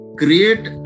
create